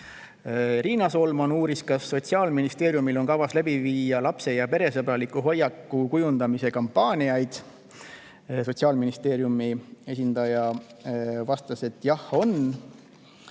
Riina Solman uuris, kas Sotsiaalministeeriumil on kavas läbi viia lapse‑ ja peresõbraliku hoiaku kujundamise kampaaniaid. Sotsiaalministeeriumi esindaja vastas, et jah on.